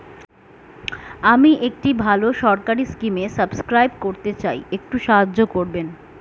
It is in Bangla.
আমি একটি ভালো সরকারি স্কিমে সাব্সক্রাইব করতে চাই, একটু সাহায্য করবেন?